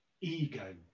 ego